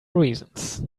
reasons